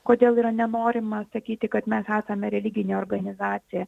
kodėl yra nenorima sakyti kad mes esame religinė organizacija